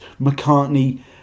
McCartney